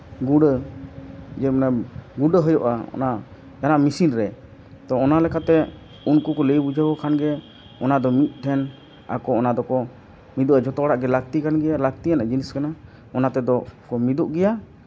ᱜᱩᱬᱟ ᱡᱮ ᱚᱱᱟ ᱜᱩᱸᱰᱟᱹ ᱦᱩᱭᱩᱜᱼᱟ ᱚᱱᱟ ᱡᱟᱦᱟᱸᱱᱟᱜ ᱢᱤᱥᱤᱱ ᱨᱮ ᱛᱚ ᱚᱱᱟᱞᱮᱠᱟᱛᱮ ᱩᱱᱠᱩ ᱠᱚ ᱞᱟᱹᱭ ᱵᱩᱡᱷᱟᱹᱣᱟᱠᱚ ᱠᱷᱟᱱ ᱜᱮ ᱚᱱᱟ ᱫᱚ ᱢᱤᱫᱴᱷᱮᱱ ᱟᱠᱚ ᱚᱱᱟ ᱫᱚᱠᱚ ᱚᱱᱟ ᱫᱚ ᱡᱷᱚᱛᱚ ᱦᱚᱲᱟᱜ ᱜᱮ ᱞᱟᱹᱠᱛᱤ ᱠᱟᱱᱟ ᱞᱟᱹᱠᱛᱤᱭᱟᱱᱟᱜ ᱡᱤᱱᱤᱥ ᱠᱟᱱ ᱜᱮᱭᱟ ᱚᱱᱟ ᱛᱮᱫᱚ ᱠᱚ ᱢᱤᱫᱚᱜ ᱜᱮᱭᱟ